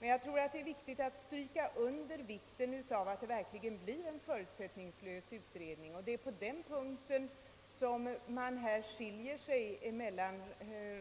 Men det är viktigt att stryka under att det skall vara en förutsättningslös utredning — det är på den punkten uppfattningarna skiljer sig mellan